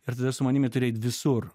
ir tada su manim jie turi eit visur